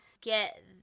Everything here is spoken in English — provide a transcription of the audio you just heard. get